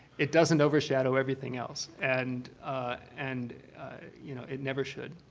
it doesn't overshadow everything else and and you know it never should.